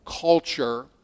culture